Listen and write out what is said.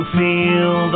feel